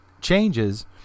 Changes